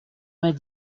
vingt